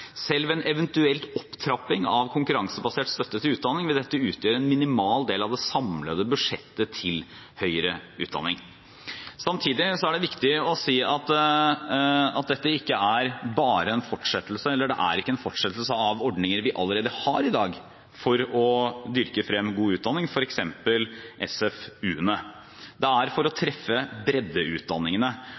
Selv ved en eventuell opptrapping av konkurransebasert støtte til utdanning vil dette utgjøre en minimal del av det samlede budsjettet til høyere utdanning. Samtidig er det viktig å si at dette ikke er en fortsettelse av ordninger vi allerede har i dag for å dyrke frem god utdanning, f.eks. SFU-ene. Det er for å treffe